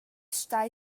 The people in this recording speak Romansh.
stai